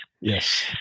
Yes